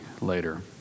later